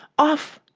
off